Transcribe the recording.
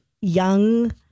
Young